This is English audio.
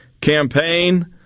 campaign